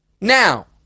Now